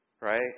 Right